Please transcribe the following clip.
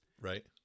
Right